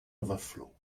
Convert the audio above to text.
overflow